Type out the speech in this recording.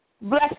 Bless